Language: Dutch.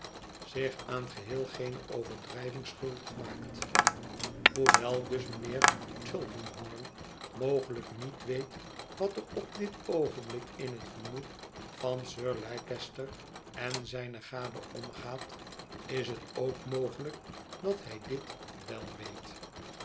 zich aan geheel geene overdrijving schuldig maakt hoewel dus mijnheer tulkinghorn mogelijk niet weet wat er op dit oogenblik in het gemoed van sir leicester en zijne gade omgaat is het ook mogelijk dat hij dit wel weet